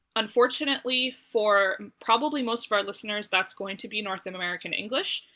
unfortunately for probably most of our listeners that's going to be north american english,